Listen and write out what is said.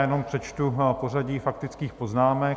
Jenom přečtu pořadí faktických poznámek.